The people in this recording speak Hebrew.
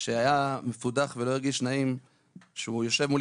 שהיה מפודח ולא הרגיש נעים שהוא יושב מולי